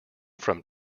from